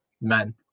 men